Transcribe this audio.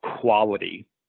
quality